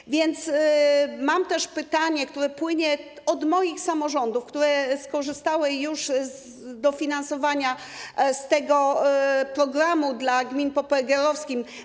Mam więc też pytanie, które płynie od moich samorządów, które skorzystały już z dofinansowania z tego programu dla gmin popegeerowskich.